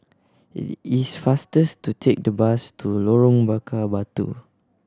it's faster to take the bus to Lorong Bakar Batu